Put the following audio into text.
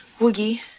Woogie